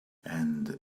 and